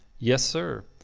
yes, sir.